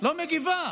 לא מגיבה.